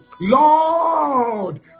Lord